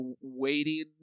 waiting